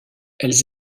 elles